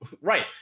Right